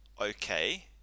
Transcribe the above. okay